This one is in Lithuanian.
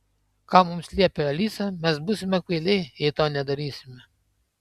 ką mums liepia alisa mes būsime kvailiai jei to nedarysime